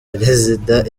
perezida